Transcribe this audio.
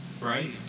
right